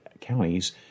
counties